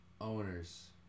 owners